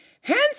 Hands